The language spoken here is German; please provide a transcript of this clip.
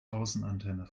außenantenne